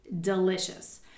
delicious